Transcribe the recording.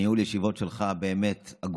ניהול הישיבות שלך הוא הגון,